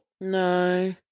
No